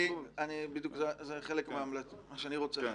זה חלק ממה שאני רוצה להמליץ.